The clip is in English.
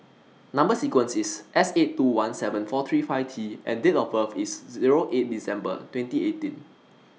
Number sequence IS S eight two one seven four three five T and Date of birth IS Zero eight December twenty eighteen